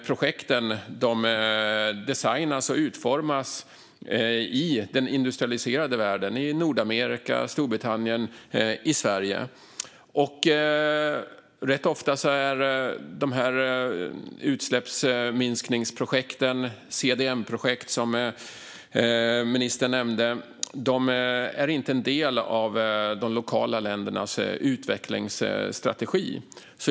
Projekten designas och utformas i den industrialiserade världen - i Nordamerika, Storbritannien och Sverige - och rätt ofta är dessa utsläppsminskningsprojekt, CDM-projekt, inte en del av de lokala ländernas utvecklingsstrategi.